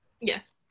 Yes